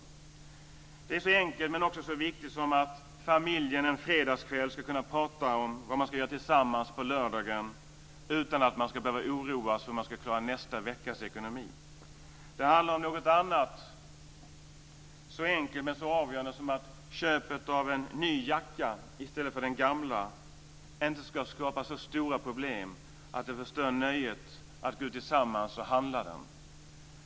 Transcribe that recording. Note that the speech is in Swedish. Det handlar om något så enkelt men också så viktigt som att familjen en fredagskväll ska kunna prata om vad man ska göra tillsammans på lördagen utan att behöva oroas för hur man ska klara nästa veckas ekonomi. Det handlar om något annat, om något så enkelt men så avgörande som att köpet av en ny jacka i stället för den den gamla inte ska skapa så stora problem att det förstör nöjet med att gå ut tillsammans för att handla den.